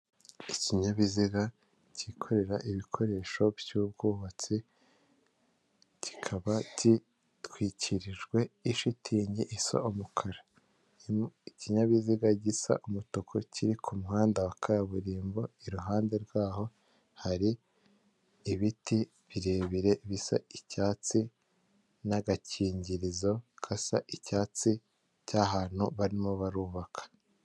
Ikinyabiziga kikorera ibikoresho by'ubwubatsi kikaba gitwikirijwe ishitingisa umukara, ikinyabiziga gisa umutuku kiri ku muhanda wa kaburimbo, iruhande rwaho hari ibiti birebire bisa icyatsi, n'agakingirizo kasa icyatsi kari ahantu barimo barubaka.